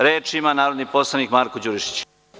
Reč ima narodni poslanik Marko Đurišić.